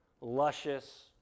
luscious